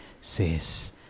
says